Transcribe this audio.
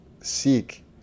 seek